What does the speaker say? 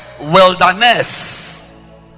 Wilderness